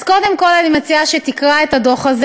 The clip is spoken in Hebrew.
אז קודם כול אני מציעה שתקרא את הדוח הזה.